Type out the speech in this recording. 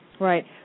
Right